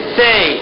say